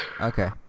okay